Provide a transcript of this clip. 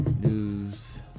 news